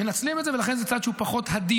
מנצלים את זה, ולכן זה צעד שהוא פחות הדיר.